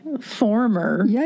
Former